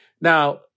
Now